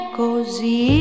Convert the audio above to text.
così